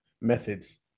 methods